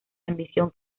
ambición